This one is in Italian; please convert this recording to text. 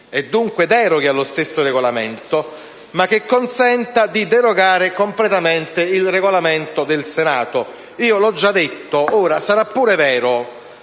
e dunque deroghi allo stesso Regolamento, ma che consenta di derogare completamente al Regolamento del Senato. Come ho già detto, sarà pur vero,